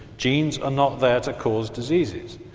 genes are not there to cause diseases.